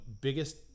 biggest